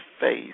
face